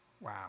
Wow